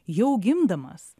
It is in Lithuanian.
jau gimdamas